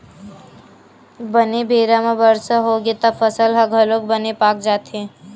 बने बेरा म बरसा होगे त फसल ह घलोक बने पाक जाथे